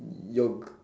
your g~